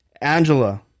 Angela